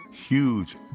huge